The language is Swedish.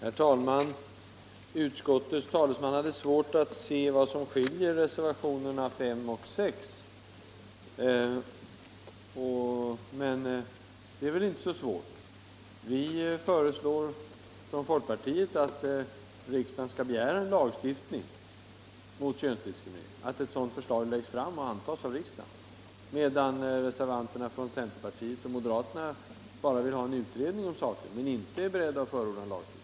Herr talman! Utskottets talesman hade svårt att se skillnaden mellan reservationerna nr 5 och 6. Men det är inte svårt. Folkpartiet föreslår att riksdagen skall begära en lagstiftning mot könsdiskriminering och att ett sådant förslag läggs fram och antas av riksdagen, medan reservanterna från centerpartiet och moderata samlingspartiet bara vill ha en utredning om saken, men inte är beredda att förorda en lagstiftning.